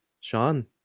Sean